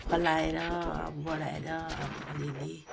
फलाएर अब बढाएर अब अलिअलि